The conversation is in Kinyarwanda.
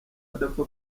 adapfa